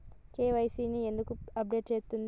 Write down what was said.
KYC ని ఎందుకు update చేత్తరు?